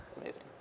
amazing